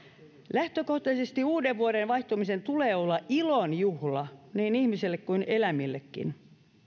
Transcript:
lähtökohtaisesti uudenvuoden vaihtumisen tulee olla ilon juhla niin ihmisille kuin eläimillekin